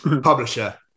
Publisher